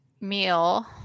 meal